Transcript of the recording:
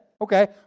Okay